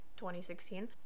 2016